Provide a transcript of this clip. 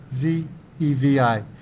Z-E-V-I